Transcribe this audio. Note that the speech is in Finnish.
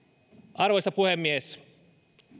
arvoisa puhemies